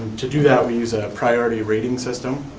to do that, we use a priority rating system,